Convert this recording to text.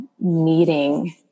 meeting